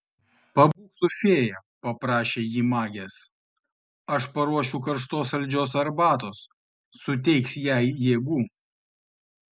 pabūk su fėja paprašė ji magės aš paruošiu karštos saldžios arbatos suteiks jai jėgų